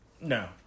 No